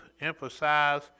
emphasize